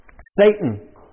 Satan